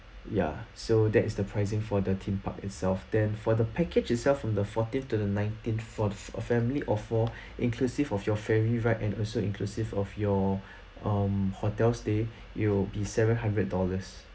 ya so that is the pricing for the theme park itself then for the package itself from the fourteen to the nineteen for a family of four inclusive of your ferry ride and also inclusive of your um hotels stay it'll be seven hundred dollars